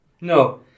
No